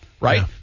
right